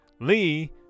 Lee